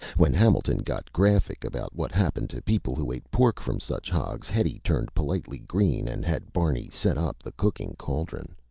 when hamilton got graphic about what happened to people who ate pork from such hogs, hetty turned politely green and had barney set up the cooking cauldron.